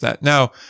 Now